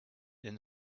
and